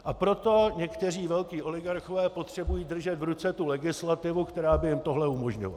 A proto někteří velcí oligarchové potřebují držet v ruce tu legislativu, která by jim tohle umožňovala.